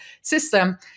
system